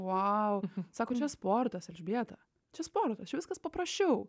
vau sako čia sportas elžbieta čia sportas čia viskas paprasčiau